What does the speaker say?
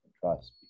trust